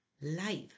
life